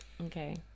Okay